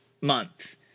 Month